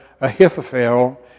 Ahithophel